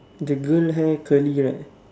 the girl hair curly right